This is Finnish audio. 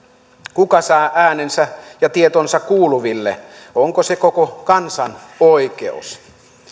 kuka saa äänensä ja tietonsa kuuluville onko se koko kansan oikeus